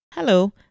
Hello